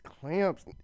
clamps